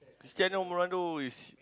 Christiano-Ronaldo is